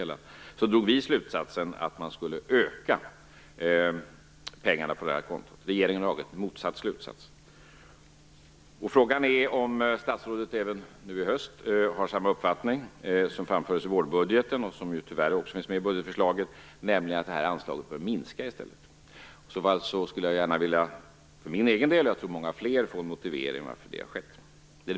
Därför drog vi slutsatsen att anslaget till detta konto skulle öka. Regeringen har dragit motsatt slutsats. Frågan är om statsrådet även nu i höst har samma uppfattning som framfördes i samband med vårbudgeten och som tyvärr också finns med i budgetförslaget, nämligen att detta anslag i stället bör minska. I så fall skulle jag för egen del, och säkert många fler, vilja ha en motivering till att så har skett.